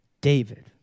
David